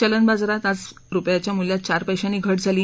चलन बाजारात आज रुपयांच्या मुल्यात चार पैशांनी घट झाली